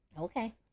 Okay